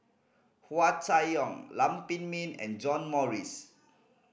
Hua Chai Yong Lam Pin Min and John Morrice